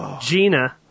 Gina